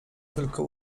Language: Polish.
tylko